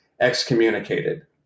excommunicated